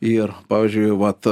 ir pavyzdžiui vat